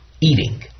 eating